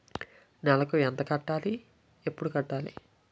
నెలకు ఎంత కట్టాలి? ఎప్పుడు కట్టాలి?